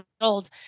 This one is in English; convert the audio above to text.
old